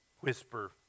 whisper